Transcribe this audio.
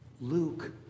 Luke